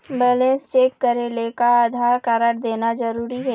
Balance check करेले का Aadhaar card देना जरूरी हे?